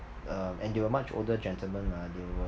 uh and they were much older gentlemen lah they were